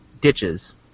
Ditches